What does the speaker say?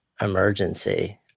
emergency